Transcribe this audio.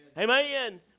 Amen